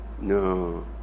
No